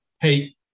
Hey